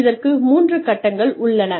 இதற்கு மூன்று கட்டங்கள் உள்ளன